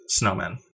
snowmen